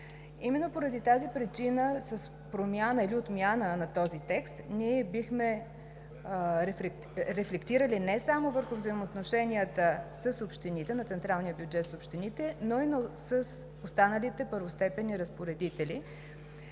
Именно поради тази причина, с промяна или отмяна на този текст, ние бихме рефлектирали не само върху взаимоотношенията на централния бюджет с общините, но и с останалите първостепенни разпоредители.